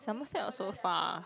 Somerset also far